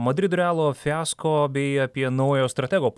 madrido realo fiasko bei apie naujo stratego